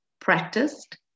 practiced